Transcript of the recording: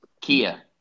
Kia